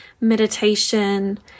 meditation